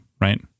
right